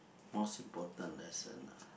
most important lesson ah